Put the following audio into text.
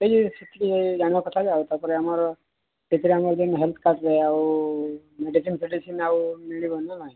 ସେ ଯେଉଁ ସେଥିରେ ଜାଣିବା କଥା ଯେ ଆଉ ତାପରେ ଆମର ସେଥିରେ ଆମର ଯେଉଁ ହେଲ୍ଥ କାର୍ଡ଼ରେ ଆଉ ମେଡ଼ିସିନ୍ ଫେଡ଼ିସିନ ଆଉ ମିଳିବ ନା ନାହିଁ